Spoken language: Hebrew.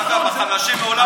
דרך אגב, לחלשים מעולם לא דאגתם.